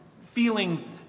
feeling